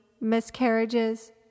miscarriages